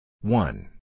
One